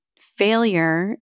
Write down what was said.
failure